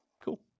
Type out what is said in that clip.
Cool